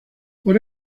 por